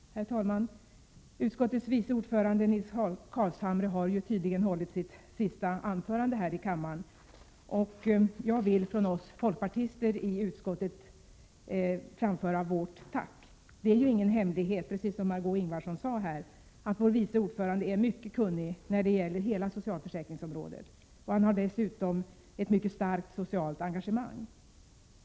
Herr talman! Utskottets vice ordförande Nils Carlshamre har tydligen hållit sitt sista anförande här i kammaren. Jag vill från oss folkpartister i utskottet framföra vårt tack. Det är ju ingen hemlighet, precis som Margö Ingvardsson sade, att vår vice ordförande är mycket kunnig när det gäller hela socialförsäkringsområdet och att han dessutom har ett mycket starkt socialt engagemang.